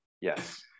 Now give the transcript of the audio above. Yes